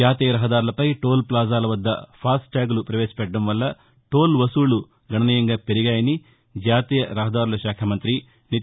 జాతీయ రహదారులపై టోల్ఫ్లాజాల వద్ద ఫాస్టాగ్లు ప్రవేశపెట్టడం వల్ల టోల్ వసూళ్ళు గణనీయంగా పెరిగాయని జాతీయ రహదారుల శాఖ మంతి నితిన్ గద్కరీ తెలిపారు